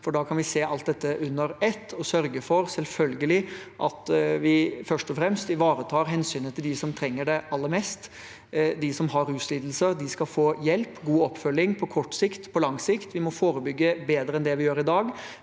Da kan vi se alt dette under ett og sørge for at vi selvfølgelig først og fremst ivaretar hensynet til dem som trenger det aller mest. De som har ruslidelser, skal få hjelp og god oppfølging på kort sikt og på lang sikt. Vi må forebygge bedre enn det vi gjør i dag.